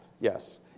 Yes